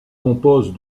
compose